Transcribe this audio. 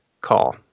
call